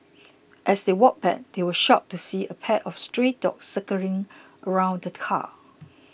as they walked back they were shocked to see a pack of stray dogs circling around the car